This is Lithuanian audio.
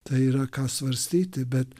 tai yra ką svarstyti bet